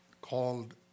called